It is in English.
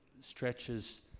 stretches